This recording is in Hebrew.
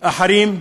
אחרים,